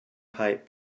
pipe